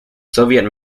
soviet